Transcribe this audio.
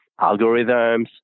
algorithms